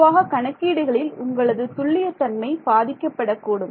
பொதுவாக கணக்கீடுகளில் உங்களது துல்லியத்தன்மை பாதிக்கப்படக்கூடும்